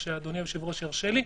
כשאדוני היושב-ראש ירשה לי,